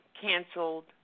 canceled